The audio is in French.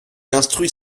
instruit